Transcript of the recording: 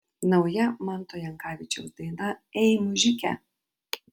nauja manto jankavičiaus daina ei mužike